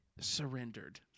surrendered